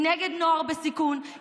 היא נגד נוער בסיכון,